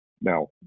Now